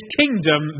kingdom